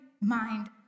mind